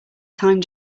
time